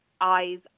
eyes